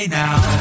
now